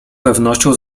pewnością